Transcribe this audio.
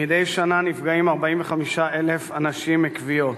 מדי שנה נפגעים 45,000 אנשים מכוויות.